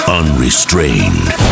unrestrained